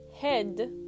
head